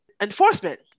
enforcement